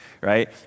Right